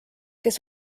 kes